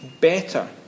better